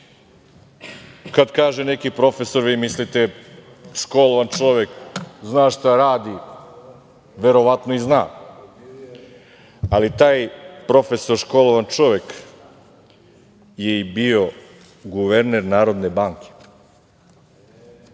kaže neki profesor, vi mislite – školovan čovek, zna šta radi, verovatno i zna, ali taj profesor, školovan čovek, bio je guverner Narodne banke,